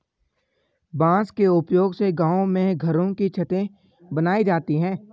बांस के उपयोग से गांव में घरों की छतें बनाई जाती है